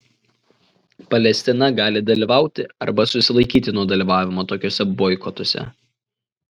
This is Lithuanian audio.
palestina gali dalyvauti arba susilaikyti nuo dalyvavimo tokiuose boikotuose